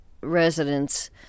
residents